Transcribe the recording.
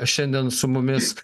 šiandien su mumis